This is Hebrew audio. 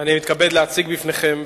אני מתכבד להציג בפניכם,